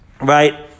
right